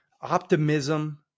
Optimism